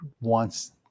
wants